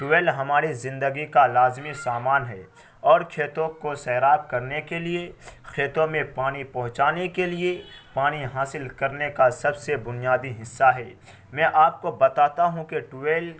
twelve ہماری زندگی کا لازمی سامان ہے اور کھیتوں کو سیراب کرنے کے لیے کھیتوں میں پانی پہنچانے کے لیے پانی حاصل کرنے کا سب سے بنیادی حصہ ہے میں آپ کو بتاتا ہوں کہ ٹویل